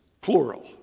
plural